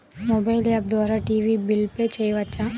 Mobile app ద్వారా TV bill pay చేయవచ్చా?